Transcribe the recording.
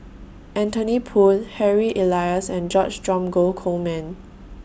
Anthony Poon Harry Elias and George Dromgold Coleman